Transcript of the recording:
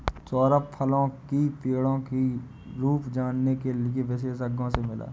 सौरभ फलों की पेड़ों की रूप जानने के लिए विशेषज्ञ से मिला